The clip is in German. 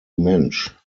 mensch